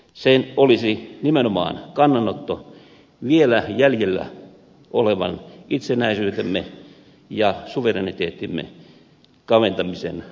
se olisi nimenomaan kannanotto vielä jäljellä olevan itsenäisyytemme ja suvereniteettimme kaventamisen puolesta